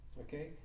okay